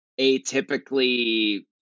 atypically